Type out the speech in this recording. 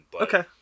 Okay